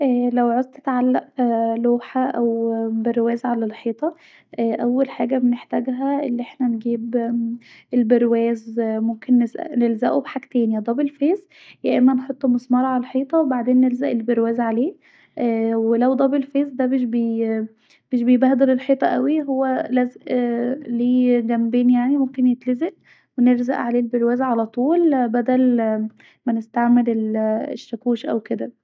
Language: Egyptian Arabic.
لو عوزت تعلق لوحة أو برواز علي الحيطة ااا اول حاجه بنحتاجها أن احنا نجيب البرواز ممكن نلزقه بلزق دليل فيس يا اما نحط مسمار علي الحيطة بعدين نلزق البرواز عليه ولو دابل فيس مش بيبهدل الحيطه اوي وهو لزق بالجنبين يعني ممكن يتلزق ونلزق عليه البرواز علي طول بدل ما نستعمل الشاكوش أو كدا